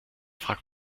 fragt